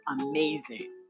amazing